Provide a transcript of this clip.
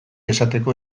esateko